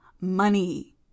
money